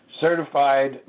Certified